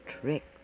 trick